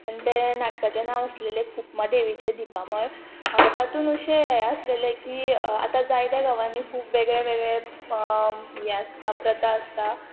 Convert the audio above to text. आनी ते नाटकाचें नांव आसलेलें कुप्मा देवीचें दिपामळ तातूंत अशें हें आसलेलें की आतां जायत्या गांवांनी खूब वेगळे वेगळे हे आसता प्रथा आसता